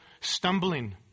stumbling